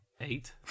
eight